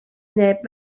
neb